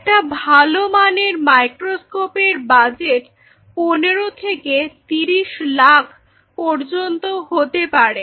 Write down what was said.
একটা ভালো মানের মাইক্রোস্কোপের বাজেট 15 থেকে 30 লাখ পর্যন্ত হতে পারে